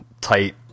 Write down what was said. tight